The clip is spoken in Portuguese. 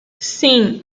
sim